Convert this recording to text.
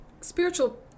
spiritual